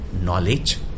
knowledge